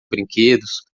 brinquedos